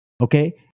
okay